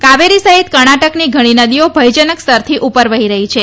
કાવેરી સહિત કર્ણાટકની ઘણી નદીઓ ભયજનક સ્તરથી ઉપર વઠી રઠી હતી